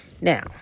Now